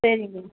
சரிங்க